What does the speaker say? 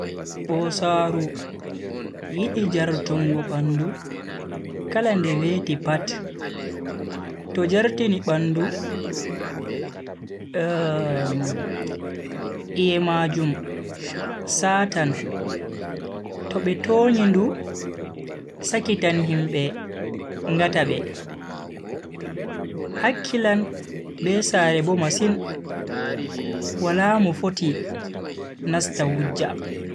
Bosaaru yidi jartungo bandu kala nde veti pat. to jartini bandu iye majum satan to be tonyi ndu sakita himbe ngata be. hakkilan be sare bo masin wala mo foti nasta wujja.